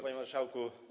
Panie Marszałku!